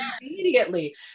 immediately